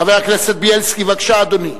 חבר הכנסת בילסקי, בבקשה, אדוני.